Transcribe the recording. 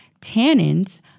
Tannins